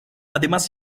además